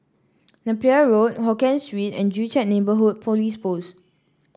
Napier Road Hokien Street and Joo Chiat Neighbourhood Police Post